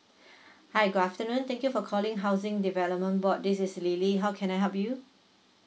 hi good afternoon thank you for calling housing development board this is lily how can I help you